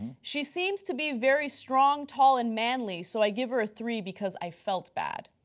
she seems to be very strong, tall, and manly, so i give her three because i felt bad.